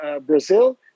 Brazil